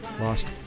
lost